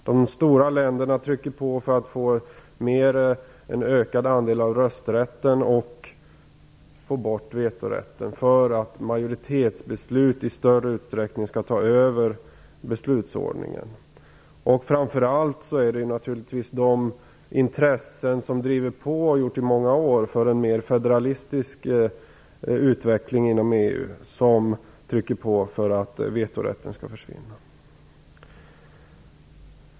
De stora länderna trycker på för att få en ökad andel av rösträtten och få bort vetorätten så att majoritetsbeslut i större utsträckning skall ta över beslutsordningen. Framför allt är det naturligtvis de intressen som i många år har drivits att få en mer federalistisk utveckling inom EU som trycker på för att vetorätten skall försvinna.